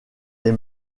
les